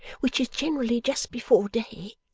which is generally just before day,